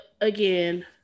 again